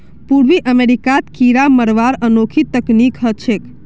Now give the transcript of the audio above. पूर्वी अमेरिकात कीरा मरवार अनोखी तकनीक ह छेक